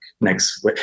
next